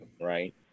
right